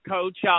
Coach